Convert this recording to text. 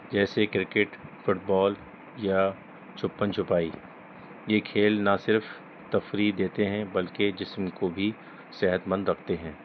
جیسے cricket football یا چھپن چھپائی یہ کھیل نہ صرف تفریح دیتے ہیں بلکہ جسم کو بھی صحت مند رکھتے ہیں